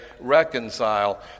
reconcile